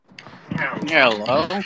Hello